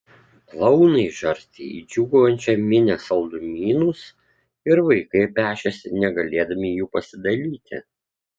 klounai žarstė į džiūgaujančią minią saldumynus ir vaikai pešėsi negalėdami jų pasidalyti